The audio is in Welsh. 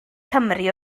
cymru